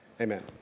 amen